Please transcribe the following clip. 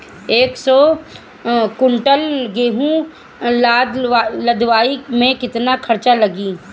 एक सौ कुंटल गेहूं लदवाई में केतना खर्चा लागी?